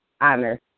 honor